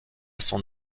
son